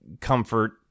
comfort